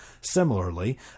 Similarly